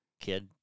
kid